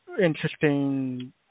interesting